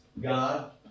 God